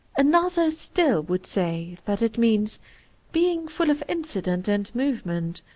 another still would say that it means be ing full of incident and movement,